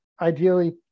ideally